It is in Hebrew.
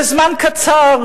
לזמן קצר,